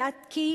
כי אתה,